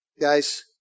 guys